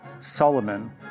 Solomon